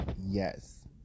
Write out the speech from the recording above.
yes